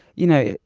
you know,